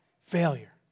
Failure